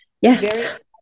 Yes